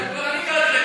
אתה קראת הכול?